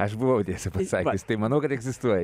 aš buvau tiesą pasakius tai manau kad egzistuoja